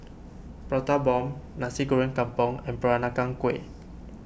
Prata Bomb Nasi Goreng Kampung and Peranakan Kueh